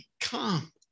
Come